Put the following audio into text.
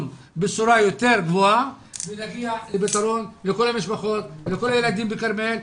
בצורה יותר גבוהה ונגיע לפתרון לכל המשפחות ולכל הילדים בכרמיאל,